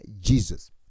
Jesus